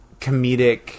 comedic